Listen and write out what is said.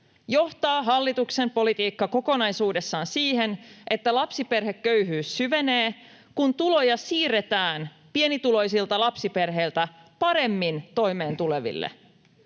johtaa hallituksen politiikka kokonaisuudessaan siihen, että lapsiperheköyhyys syvenee, kun tuloja siirretään pienituloisilta lapsiperheiltä paremmin toimeentuleville.